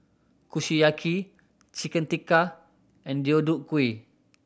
Kushiyaki Chicken Tikka and Deodeok Gui